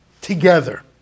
together